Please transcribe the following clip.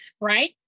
right